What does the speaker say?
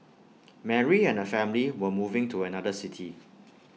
Mary and her family were moving to another city